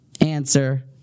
answer